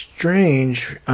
Strange